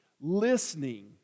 listening